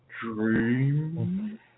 dream